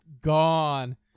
gone